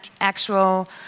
actual